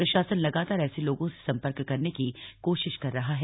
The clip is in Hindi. प्रशासन लगातार ऐसे लोगों से संपर्क करने की कोशिश कर रहा है